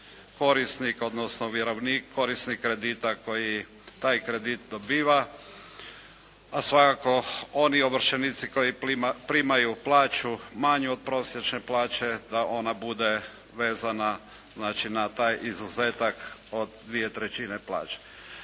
korisnik odnosno vjerovnik, korisnik kredita koji taj kredit dobiva a svakako oni ovršenici koji primaju plaću manju od prosječne plaće da ona bude vezana na taj izuzetak od 2/3 plaće.